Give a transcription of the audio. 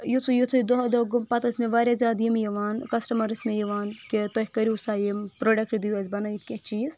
یِتُھے یِتُھے دۄہ دۄہ گوٚو پتہٕ ٲسۍ مےٚ واریاہ زیادٕ یِم یِوان کسٹمر ٲسۍ مےٚ یِوان کہِ تہۍ کٔرِو سا یِم پروڈکٹ دِیِو اسہِ بنٲیِتھ کینٛہہ چیٖز